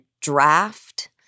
draft